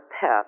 PET